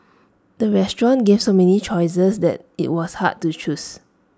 the restaurant gave so many choices that IT was hard to choose